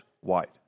white